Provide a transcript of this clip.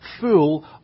full